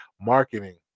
marketing